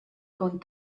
con